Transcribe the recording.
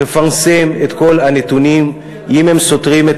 תפרסם את כל הנתונים אם הם סותרים את